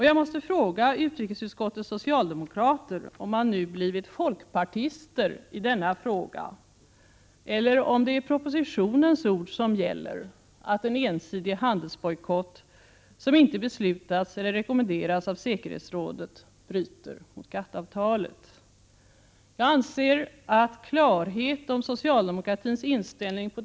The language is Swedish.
Jag måste fråga utrikesutskottets socialdemokrater om de nu blivit folkpartister med anledning av denna fråga eller om det är propositionens ord som gäller, att en ensidig handelsbojkott, som inte beslutats eller rekommenderats av säkerhetsrådet, bryter mot GATT:-avtalet. Jag anser att klarhet om socialdemokratins inställning på — Prot.